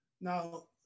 Now